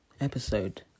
episode